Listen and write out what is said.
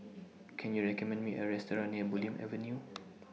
Can YOU recommend Me A Restaurant near Bulim Avenue